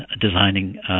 designing